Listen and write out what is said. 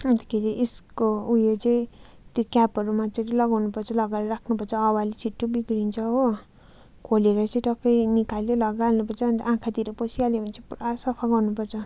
अन्तखेरि यसको उयो जो त्यो क्यापहरूमा मजाले लगाउनु पर्छ लगाएर राख्नु पर्छ हावाले छिटै बिग्रन्छ हो खोलेर चाहिँ टक्क निकाल्यो लगाइहाल्नु पर्छ अन्त आँखातिर पसिहाल्यो भने चाहिँ पुरा सफा गर्नु पर्छ